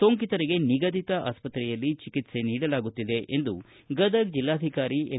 ಸೋಂಕಿತರಿಗೆ ನಿಗದಿತ ಆಸ್ಪತ್ರೆಯಲ್ಲಿ ಚಿಕಿತ್ಸೆ ನೀಡಲಾಗುತ್ತಿದೆ ಎಂದು ಗದಗ ಜಿಲ್ಲಾಧಿಕಾರಿ ಎಂ